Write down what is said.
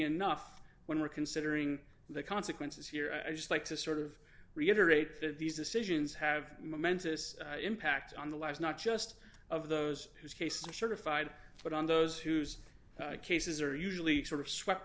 enough when we're considering the consequences here i'd just like to sort of reiterate that these decisions have momentous impact on the lives not just of those whose cases are certified but on those whose cases are usually sort of swept